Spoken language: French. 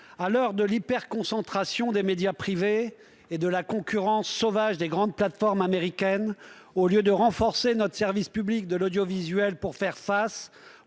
à l'heure de l'hyperconcentration des médias privés et de la concurrence sauvage des grandes plateformes américaines, au lieu de renforcer notre service public de l'audiovisuel, vous avez